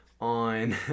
on